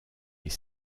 est